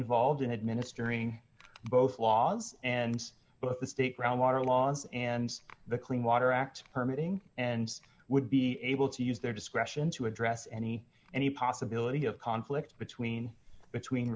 involved in administering both laws and but the state groundwater laws and the clean water act permitting and would be able to use their discretion to address any any possibility of conflict between between